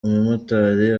umumotari